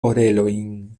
orelojn